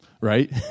right